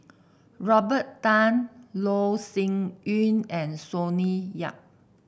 Robert Tan Loh Sin Yun and Sonny Yap